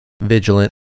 vigilant